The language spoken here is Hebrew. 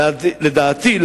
לדעתי,